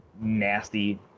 nasty